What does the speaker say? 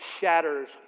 shatters